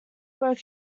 were